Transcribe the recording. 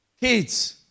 kids